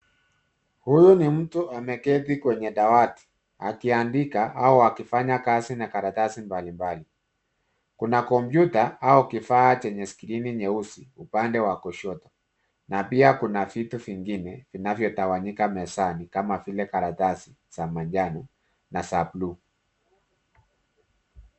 Huyu ni mtu ameketi kwenye dawati akiandika au akifanya kazi na karatasi mbali mbali. Kuna komputa au kifaa chenye skrini nyeusi upande wa kushoto. Na pia kuna vitu vingine vinavyo tawanyika mezani kama vile karatasi za manjano na za bluu.